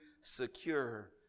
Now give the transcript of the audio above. secure